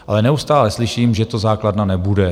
Ale neustále slyším, že to základna nebude.